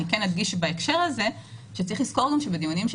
אני אדגיש בהקשר הזה שצריך לזכור גם שבדיונים של